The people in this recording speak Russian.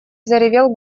заревел